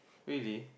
really